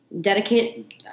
Dedicate